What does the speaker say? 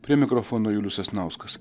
prie mikrofono julius sasnauskas